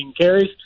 carries